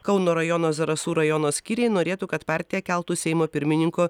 kauno rajono zarasų rajono skyriai norėtų kad partija keltų seimo pirmininko